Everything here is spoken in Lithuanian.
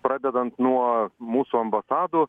pradedant nuo mūsų ambasadų